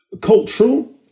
cultural